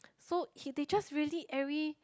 so he they just really every